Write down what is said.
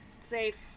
safe